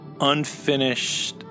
unfinished